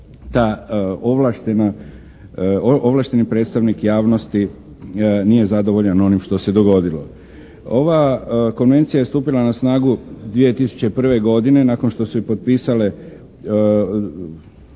ovlašteni predstavnik javnosti nije zadovoljan onim što se dogodilo. Ova Konvencija je stupila na snagu 2001. godine nakon što su je potpisale